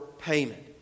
payment